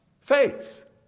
faith